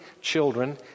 children